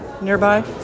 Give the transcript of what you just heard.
nearby